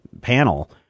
panel